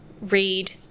read